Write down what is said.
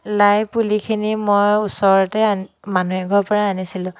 লাই পুলিখিনি মই ওচৰতে মানুহ এঘৰৰ পৰাই আনিছিলোঁ